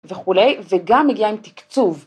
‫וכולי, וגם מגיעה עם תקצוב.